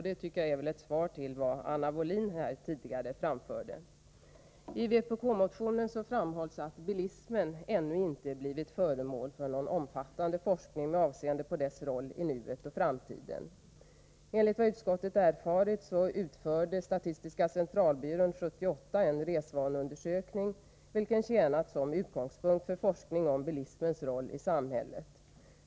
Detta tycker jag är svar på vad Anna Wohlin-Andersson tidigare sade. I vpk-motionen framhålls att bilismen ännu inte blivit föremål för någon omfattande forskning med avseende på dess roll i nuet och framtiden. Enligt vad utskottet erfarit utförde statistiska centralbyrån 1978 en resvaneundersökning, vilken tjänat som utgångspunkt för forskning om bilismens roll i samhället.